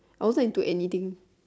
I wasn't into anything